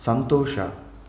ಸಂತೋಷ